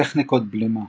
טכניקת בלימה